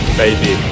baby